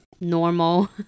normal